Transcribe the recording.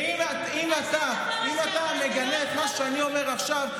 ואם אתה מגנה את מה שאני אומר עכשיו,